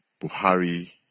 Buhari